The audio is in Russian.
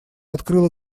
открыла